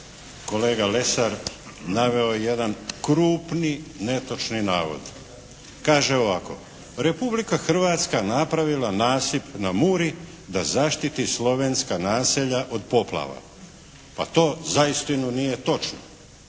kolega Lesar naveo je jedan krupni netočni navod. Kaže ovako: "Republika Hrvatska napravila nasip na Muri da zaštiti slovenska naselja od poplava." Pa to zaistinu nije točno.